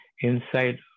Inside